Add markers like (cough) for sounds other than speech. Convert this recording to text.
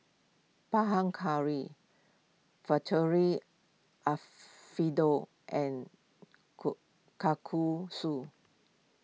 Panang Curry (unintelligible) Alfredo and Kalguksu